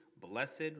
Blessed